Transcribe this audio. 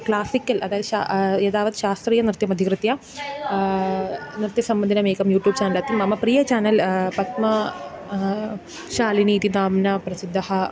classical अतः शा एदावत् शास्त्रीयनृत्यमधिकृत्य नृत्यसम्बन्धिनमेकं यूट्यूब् चेनल् अत्र मम प्रिय चानेल् पद्मा शालिनी इति नाम्ना प्रसिद्धः